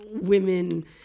women